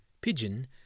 Pigeon